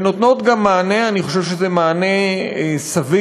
ונותנות גם מענה, אני חושב שזה מענה סביר,